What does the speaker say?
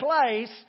place